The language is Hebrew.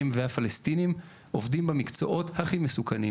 והפלסטינים עובדים במקצועות הכי מסוכנים.